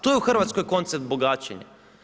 To je u Hrvatskoj koncept bogaćenja.